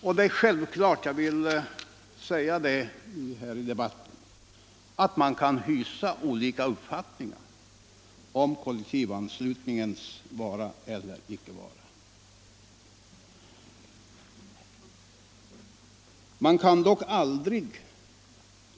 Jag vill gärna här i debatten säga att det är självklart att man kan hysa olika uppfattningar om kollektivanslutningens vara eller icke vara.